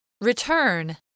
Return